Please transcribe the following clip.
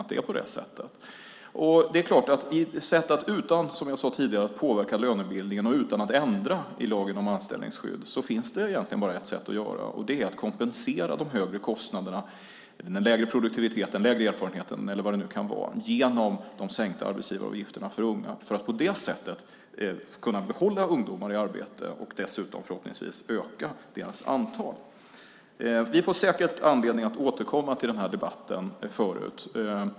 Som jag sade tidigare finns det, utan att påverka lönebildningen och utan att ändra i lagen om anställningsskydd, egentligen bara ett sätt, och det är att kompensera de högre kostnaderna, den lägre produktiviteten, den mindre erfarenheten eller vad det kan vara genom de sänkta arbetsgivaravgifterna för unga för att på det sättet kunna behålla ungdomar i arbete och dessutom förhoppningsvis öka deras antal. Vi får säkert anledning att återkomma till den här debatten.